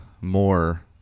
more